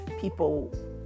people